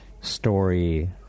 story